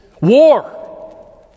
War